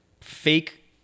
fake